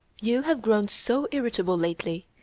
you have grown so irritable lately,